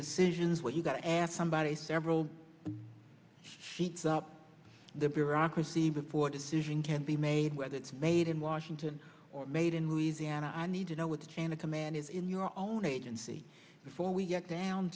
decisions when you got to ask somebody several seats up the bureaucracy before decision can be made whether it's made in washington or made in louisiana i need to know what the chain of command is in your own agency before we get down